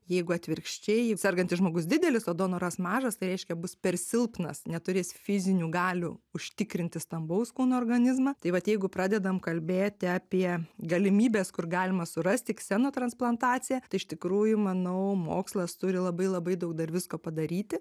jeigu atvirkščiai sergantis žmogus didelis o donoras mažas tai reiškia bus per silpnas neturės fizinių galių užtikrinti stambaus kūno organizmą tai vat jeigu pradedam kalbėti apie galimybes kur galima surasti kseno transplantaciją tai iš tikrųjų manau mokslas turi labai labai daug dar visko padaryti